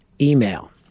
Email